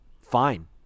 fine